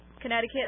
Connecticut